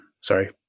sorry